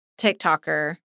TikToker